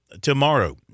tomorrow